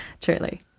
Truly